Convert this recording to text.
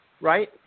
Right